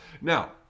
Now